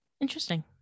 Interesting